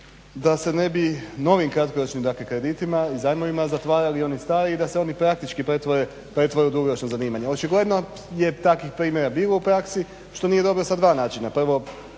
da se ne bi novim kratkoročnim, dakle kreditima i zajmovima zatvarali i oni stari i da se oni praktički pretvore u dugoročno zanimanje. Očigledno je takvih primjera bilo u praksi što nije dobro sa dva načina. Prvo,